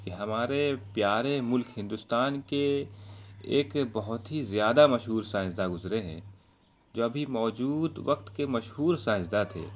کہ ہمارے پیارے ملک ہندوستان کے ایک بہت ہی زیادہ مشہور سائنسداں گزرے ہیں جو ابھی موجود وقت کے مشہور سائنسداں تھے